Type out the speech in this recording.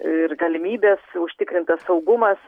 ir galimybės užtikrintas saugumas